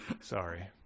sorry